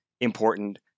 important